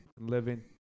living